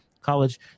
college